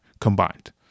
combined